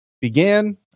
began